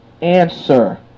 answer